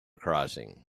crossing